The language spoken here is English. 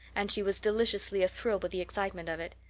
and she was deliciously athrill with the excitement of it.